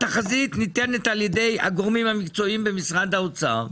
התחזית ניתנת על ידי גורמים מקצועיים במשרד אוצר.